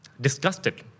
disgusted